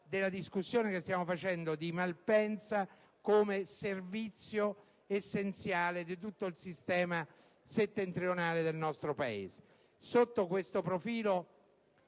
della discussione che stiamo facendo su Malpensa, come servizio essenziale di tutto il sistema settentrionale del nostro Paese. Sotto questo profilo,